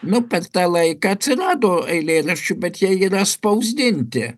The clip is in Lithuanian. nu per tą laiką atsirado eilėraščių bet jie yra spausdinti